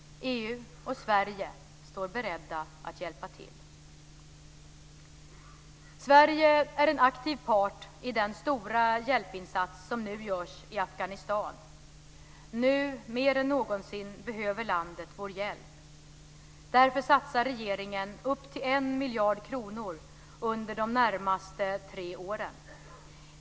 EU och Sverige står beredda att hjälpa till. Sverige är en aktiv part i den stora hjälpinsats som nu görs i Afghanistan. Nu, mer än någonsin, behöver landet vår hjälp. Därför satsar regeringen upp till 1 miljard kronor under de närmaste tre åren.